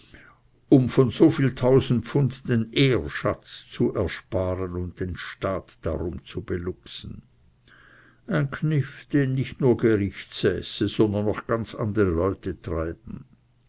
um von so viel tausend pfund den ehrschatz zu ersparen und den staat darum zu beluxen ein kniff den nicht nur gerichtssäße sondern noch ganz andere leute treiben